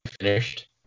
finished